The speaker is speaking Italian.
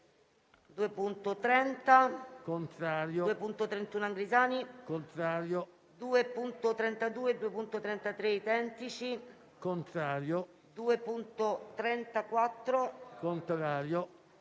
2.29, 2.30, 2.32, 2.33, 2.45,